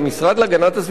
משרד ממשלתי,